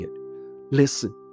Listen